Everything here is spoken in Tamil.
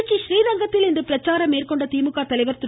திருச்சி றீரங்கத்தில் இன்று பிரச்சாரம் மேற்கொண்ட திமுக தலைவர் திரு